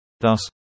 thus